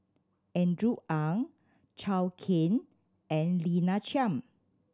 Andrew Ang Zhou Can and Lina Chiam